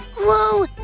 Whoa